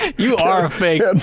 you are a fake.